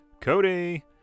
Cody